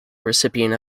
recipient